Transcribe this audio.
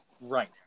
Right